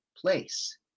place